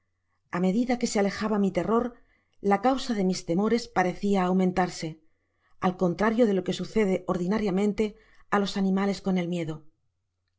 á medida que se alejaba mi terror la causa de mis temores parecia aumentarse al contrario de lo que sucede ordinariamente á los animales coa el miedo